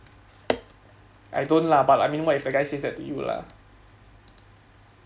I don't lah but I mean what if the guy says at you lah